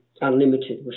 unlimited